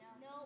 No